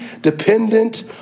dependent